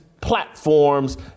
platforms